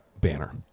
banner